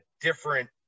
different